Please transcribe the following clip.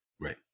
Right